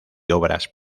obras